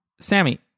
Sammy